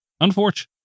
unfortunately